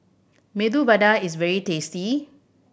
Medu Vada is very tasty